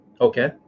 Okay